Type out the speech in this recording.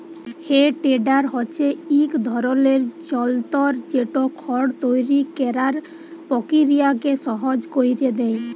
হে টেডার হছে ইক ধরলের যল্তর যেট খড় তৈরি ক্যরার পকিরিয়াকে সহজ ক্যইরে দেঁই